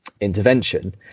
intervention